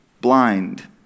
blind